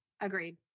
agreed